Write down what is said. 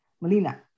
Melina